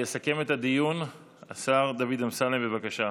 יסכם את הדיון השר דוד אמסלם, בבקשה.